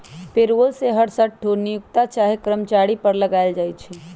payroll कर हरसठ्ठो नियोक्ता चाहे कर्मचारी पर लगायल जाइ छइ